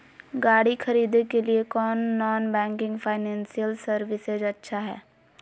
गाड़ी खरीदे के लिए कौन नॉन बैंकिंग फाइनेंशियल सर्विसेज अच्छा है?